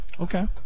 Okay